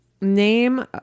name